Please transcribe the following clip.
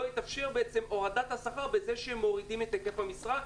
תתאפשר הורדת בשכר בגלל הורדת היקף המשרה.